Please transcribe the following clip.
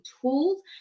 tools